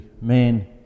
man